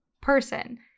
person